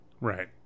right